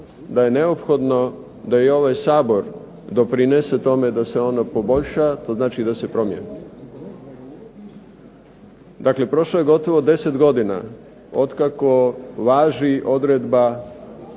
da je neophodno da i ovaj Sabor doprinese tome da se ono poboljša, to znači da se promijeni. Dakle, prošlo je gotovo 10 godina otkako važi odredba,